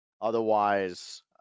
Otherwise